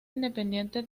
independiente